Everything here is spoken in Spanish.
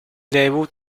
debut